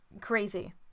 crazy